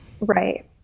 Right